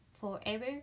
forever